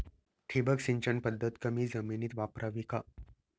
ठिबक सिंचन पद्धत कमी जमिनीत वापरावी का?